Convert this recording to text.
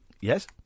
Yes